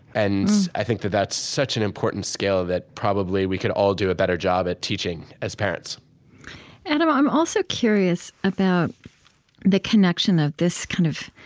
and i think that that's such an important skill that probably we could all do a better job at teaching as parents adam, i'm also curious about the connection of this kind of